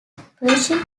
pershing